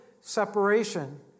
separation